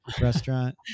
restaurant